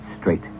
straight